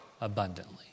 abundantly